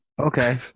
okay